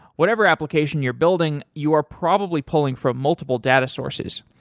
whatever application you're building, you are probably pulling from multiple data sources.